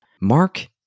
Mark